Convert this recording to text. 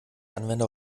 anwender